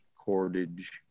cordage